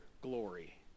glory